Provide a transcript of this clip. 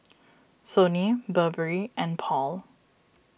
Sony Burberry and Paul